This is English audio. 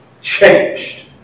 changed